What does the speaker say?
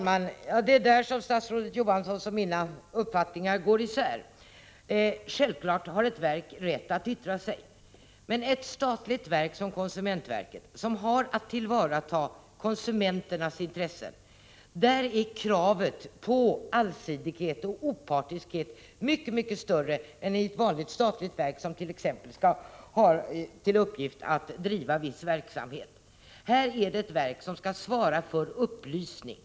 Herr talman! Det är där statsrådet Johanssons och mina uppfattningar går isär. Självfallet har ett verk rätt att yttra sig. Men i fråga om ett statligt verk som konsumentverket, som har att tillvarata konsumenternas intressen, är kravet på allsidighet och opartiskhet mycket, mycket större än i fråga om ett vanligt statligt verk som exempelvis har till uppgift att driva viss verksamhet. I detta fall gäller det ett verk som skall svara för upplysning.